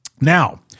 Now